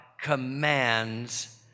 commands